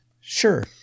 Sure